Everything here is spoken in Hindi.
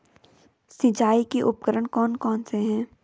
सिंचाई के उपकरण कौन कौन से हैं?